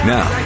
Now